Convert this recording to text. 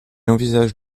envisage